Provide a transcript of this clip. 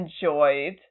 enjoyed